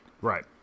Right